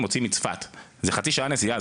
מוציאים מצפת וזה חצי שעה נסיעה,